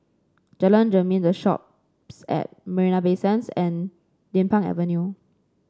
Jalan Jermin The Shoppes at Marina Bay Sands and Din Pang Avenue